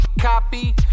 Copy